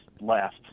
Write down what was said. left